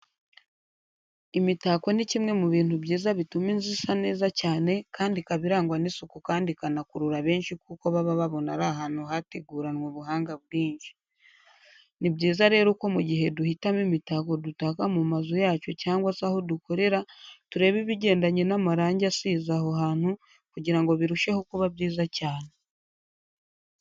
Imitako ni kimwe mu bintu byiza bituma inzu isa neza cyane kandi ikaba irangwa n'isuku kandi ikanakurura benshi kuko baba babona ari ahantu hateguranwe ubuhanga bwinshi. Ni byiza rero ko mu gihe duhitamo imitako dutaka mu mazu yacumcyangwa se aho dukorera tureba ibigendanye n'amarangi asize aho hantu kugirango birusheho kuba byiza cyane.